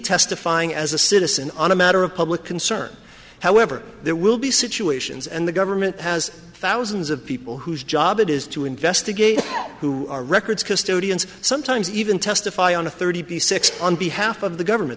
testifying as a citizen on a matter of public concern however there will be situations and the government has thousands of people whose job it is to investigate who are records custodians sometimes even testify on a thirty six on behalf of the government